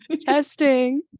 Testing